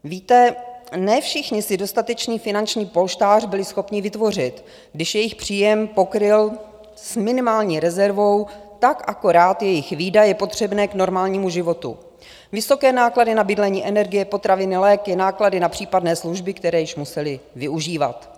Víte, ne všichni si dostatečný finanční polštář byli schopni vytvořit, když jejich příjem pokryl s minimální rezervou tak akorát jejich výdaje potřebné k normálnímu životu vysoké náklady na bydlení, energie, potraviny, léky, náklady na případné služby, které již museli využívat.